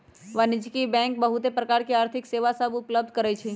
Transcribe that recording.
वाणिज्यिक बैंक बहुत प्रकार के आर्थिक सेवा सभ उपलब्ध करइ छै